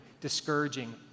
discouraging